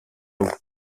eau